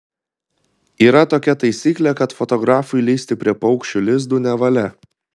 yra tokia taisyklė kad fotografui lįsti prie paukščių lizdų nevalia